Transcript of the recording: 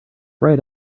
right